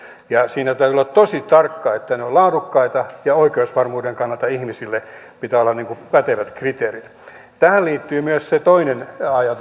siinä täytyy olla tosi tarkka että ne ovat laadukkaita ja oikeusvarmuuden kannalta ihmisille pitää olla pätevät kriteerit tähän liittyy myös se toinen